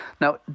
Now